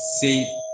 see